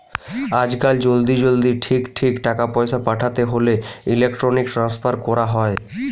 আজকাল জলদি জলদি ঠিক ঠিক টাকা পয়সা পাঠাতে হোলে ইলেক্ট্রনিক ট্রান্সফার কোরা হয়